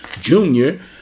junior